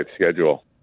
schedule